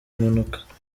mpanuka